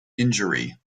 injury